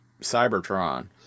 Cybertron